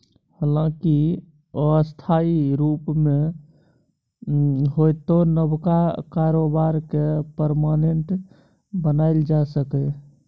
हालांकि अस्थायी रुप मे होइतो नबका कारोबार केँ परमानेंट बनाएल जा सकैए